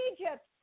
Egypt